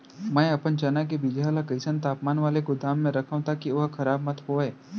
मैं अपन चना के बीजहा ल कइसन तापमान वाले गोदाम म रखव ताकि ओहा खराब मत होवय?